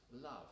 love